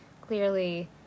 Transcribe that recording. clearly